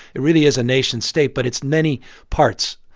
it really is a nation state, but it's many parts,